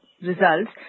results